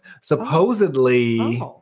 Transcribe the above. Supposedly